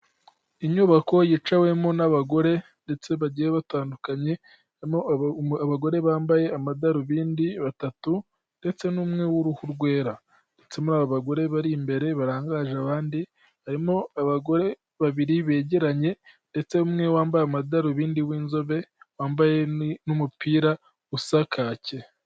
Inyubako yicawemo n'abagore ndetse bagiye batandukanye , harimo abagore bambaye amadarubindi batatu ndetse n'umwe w'uruhu rwera. Ndetse muri abo bagore bari imbere barangaje abandi ,harimo abagore babiri begeranye ndetse umwe wambaye amadarubindi w'inzobe wambaye n'umupira usa kake.